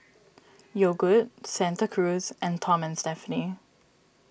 Yogood Santa Cruz and Tom Stephanie